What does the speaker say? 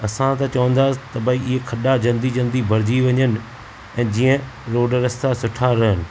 असां त चवंदासीं त भई इहे खॾा जल्दी जल्दी भरिजी वञनि ऐं जीअं रोड रस्ता सुठा रहनि